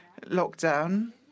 lockdown